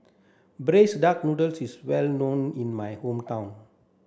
braised duck noodle is well known in my hometown